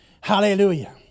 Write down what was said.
Hallelujah